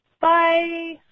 bye